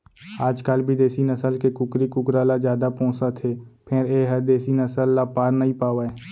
आजकाल बिदेसी नसल के कुकरी कुकरा ल जादा पोसत हें फेर ए ह देसी नसल ल पार नइ पावय